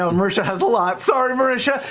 ah and marisha has a lot. sorry, marisha.